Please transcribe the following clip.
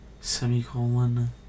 semicolon